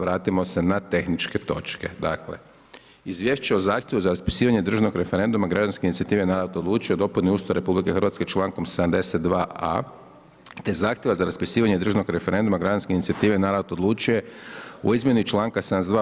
Vratimo se na tehničke točke. - Izvješće o zahtjevu za raspisivanje državnog referenduma građanske inicijative „Narod odlučuje“ o dopuni Ustava RH člankom 72.a, te zahtjevu za raspisivanje državnog referenduma građanske inicijative „Narod odlučuje“ o izmjeni članka 72.